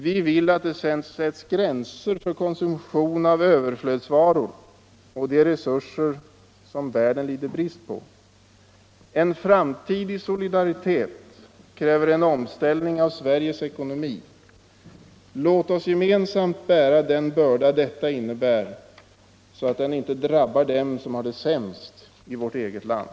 Vi vill att det sätts gränser för konsumtion av överflödsvaror och de resurser som världen lider brist på. En framtid i solidaritet kräver en omställning av Sveriges ekonomi. Låt oss gemensamt bära den börda detta innebär, så att den inte drabbar dem som har det sämst i vårt eget land.”